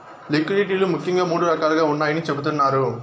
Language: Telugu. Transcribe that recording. లిక్విడిటీ లు ముఖ్యంగా మూడు రకాలుగా ఉన్నాయని చెబుతున్నారు